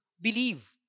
believe